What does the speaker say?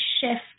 shift